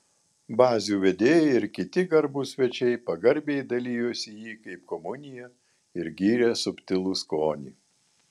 bazių vedėjai ir kiti garbūs svečiai pagarbiai dalijosi jį kaip komuniją ir gyrė subtilų skonį